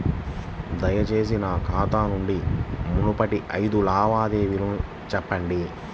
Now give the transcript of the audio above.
దయచేసి నా ఖాతా నుండి మునుపటి ఐదు లావాదేవీలను చూపండి